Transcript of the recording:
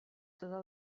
totes